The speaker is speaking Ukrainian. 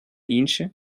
інше